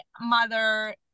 mother